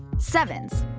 sevens.